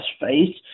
face